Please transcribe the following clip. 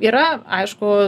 yra aišku